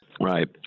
right